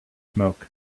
smoke